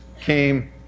came